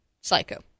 psycho